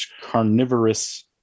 carnivorous